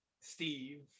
Steve